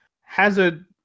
Hazard